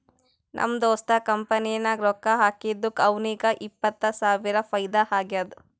ನಮ್ ದೋಸ್ತ್ ಕಂಪನಿ ನಾಗ್ ರೊಕ್ಕಾ ಹಾಕಿದ್ದುಕ್ ಅವ್ನಿಗ ಎಪ್ಪತ್ತ್ ಸಾವಿರ ಫೈದಾ ಆಗ್ಯಾದ್